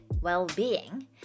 well-being